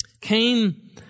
came